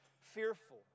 fearful